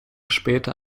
später